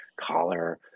collar